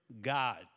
God